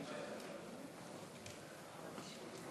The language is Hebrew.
כמו שאתה